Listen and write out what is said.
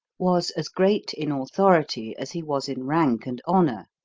was as great in authority as he was in rank and honor.